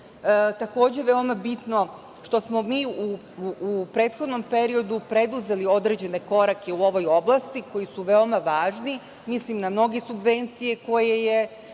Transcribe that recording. takođe, veoma bitno što smo mi u prethodnom periodu preduzeli određene korake u ovoj oblasti koji su veoma važni. Mislim na mnoge subvencije koje Vlada